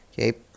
Okay